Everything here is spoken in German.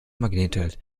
magnetfeld